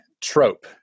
trope